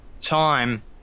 time